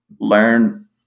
learn